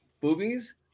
Boobies